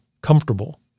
comfortable